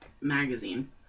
Magazine